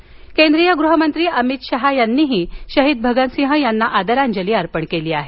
शहा केंद्रीय गृहमंत्री अमित शहा यांनीही शहीद भगतसिंग यांना आदरांजली अर्पण केली आहे